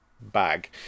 bag